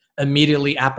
immediately